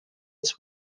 its